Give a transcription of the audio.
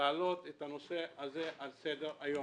להעלות את הנושא הזה על סדר היום.